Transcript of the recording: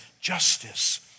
justice